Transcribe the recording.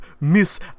Miss